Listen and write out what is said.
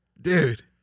Dude